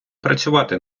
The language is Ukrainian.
працювати